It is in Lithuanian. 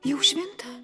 jau švinta